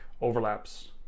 overlaps